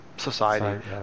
society